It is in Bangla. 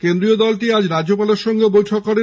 কেন্দ্রীয় দলটি আজ রাজ্যপালের সঙ্গে বৈঠক করেছে